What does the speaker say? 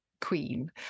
queen